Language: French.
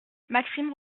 maxime